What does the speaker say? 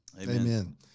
Amen